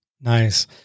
Nice